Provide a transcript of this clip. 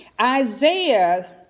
Isaiah